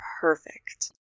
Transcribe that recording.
perfect